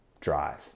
drive